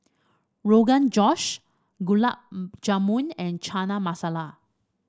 Rogan Josh Gulab Jamun and Chana Masala